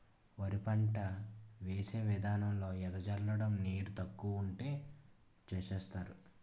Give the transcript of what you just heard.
వరి పంట వేసే విదానంలో ఎద జల్లడం నీరు తక్కువ వుంటే సేస్తరు